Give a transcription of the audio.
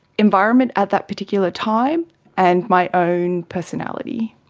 environment at that particular time and my own personality.